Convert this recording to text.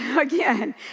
again